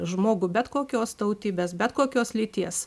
žmogų bet kokios tautybės bet kokios lyties